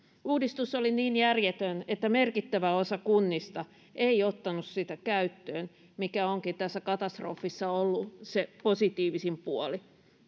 uudistus oli niin järjetön että merkittävä osa kunnista ei ottanut sitä käyttöön mikä onkin tässä katastrofissa ollut se positiivisin puoli